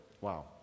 wow